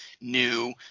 new